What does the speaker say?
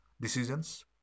decisions